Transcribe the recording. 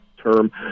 term